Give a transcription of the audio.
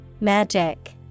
Magic